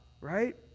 right